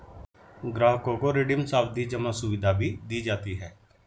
ग्राहकों को रिडीम सावधी जमा सुविधा भी दी जाती है